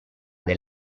del